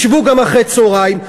ישבו גם אחרי הצהריים,